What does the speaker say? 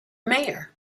mayor